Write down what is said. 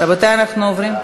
רבותי, אנחנו עוברים,